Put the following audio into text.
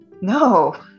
No